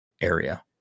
area